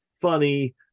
funny